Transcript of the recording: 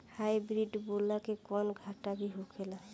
Hybrid बोला के कौनो घाटा भी होखेला?